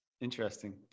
Interesting